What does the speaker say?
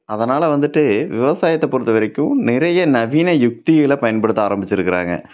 அதனால் வந்துட்டு விவசாயத்தை பொறுத்தவரைக்கும் நிறைய நவீன யுக்திகளை பயன்படுத்த ஆரமித்திருக்குறாங்க